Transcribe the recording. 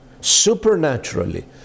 supernaturally